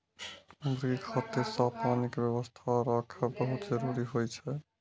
मुर्गी खातिर साफ पानी के व्यवस्था राखब बहुत जरूरी होइ छै